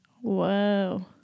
Whoa